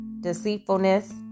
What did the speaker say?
deceitfulness